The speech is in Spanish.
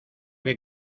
que